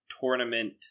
Tournament